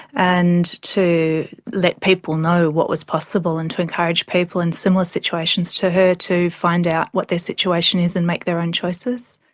and to let people know what was possible and to encourage people in similar situations to her to find out what their situation is and make their own choices.